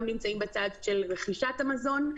גם נמצאים בצד של רכישת המזון,